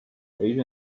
asian